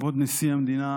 כבוד נשיא המדינה